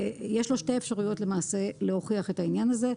יש לו שתי אפשרויות למעשה להוכיח את העניין הזה.